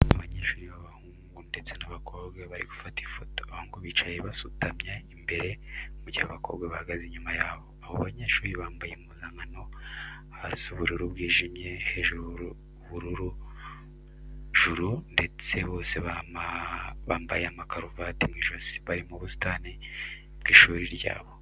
Abanyeshuri b'abahungu ndetse n'abakobwa bari gufata ifoto, abahungu bicaye basutamye imbere, mu gihe abakobwa bahagaze inyuma yabo. Abo banyeshuri bambaye impuzankano hasi ubururu bwijimye, hejuru uburu juru ndetse bose bamabaye amakaruvati mu ijosi. Bari mu busitani bw'ishuri ryabo.